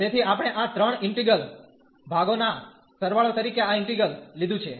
તેથી આપણે આ ત્રણ ઈન્ટિગ્રલ ભાગો ના સરવાળો તરીકે આ ઈન્ટિગ્રલ લીધું છે